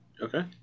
Okay